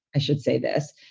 i should say this,